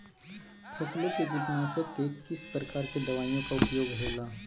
फसलों के कीटनाशक के किस प्रकार के दवाइयों का उपयोग हो ला?